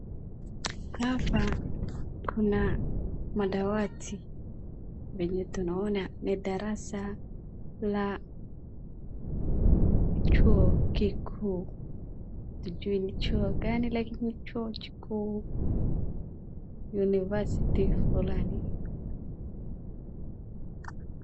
Hapa kuna madawati vyenye tunaona ni darasa la chuo kikuu. Hatujui ni chuo gani lakini ni chuo kikuu university fulani.